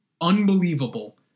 unbelievable